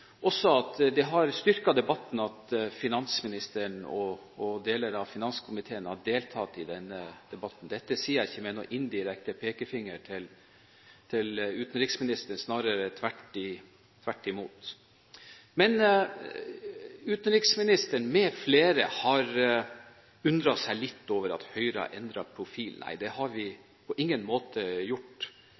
også si at det har styrket debatten at finansministeren og deler av finanskomiteen har deltatt i den. Dette sier jeg ikke med noen indirekte pekefinger til utenriksministeren – snarere tvert imot. Utenriksministeren med flere har undret seg litt over at Høyre har endret profil. Nei, det har vi på ingen måte gjort.